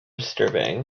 disturbing